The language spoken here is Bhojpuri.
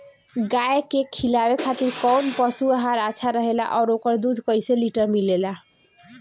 गाय के खिलावे खातिर काउन पशु आहार अच्छा रहेला और ओकर दुध कइसे लीटर मिलेला?